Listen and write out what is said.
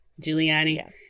Giuliani